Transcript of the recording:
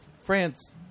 France